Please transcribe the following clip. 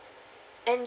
and